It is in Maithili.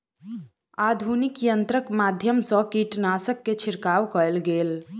आधुनिक यंत्रक माध्यम सँ कीटनाशक के छिड़काव कएल गेल